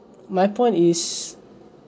my point is